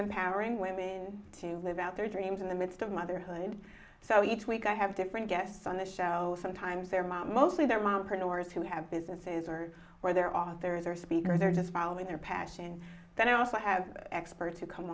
empowering women to live out their dreams in the midst of motherhood so each week i have different guests on the show sometimes their mom mostly their mom printers who have businesses or or their authors or speakers they're just following their passion and then i also have experts who come